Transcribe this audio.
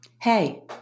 Hey